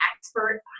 expert